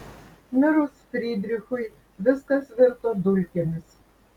mirus frydrichui viskas virto dulkėmis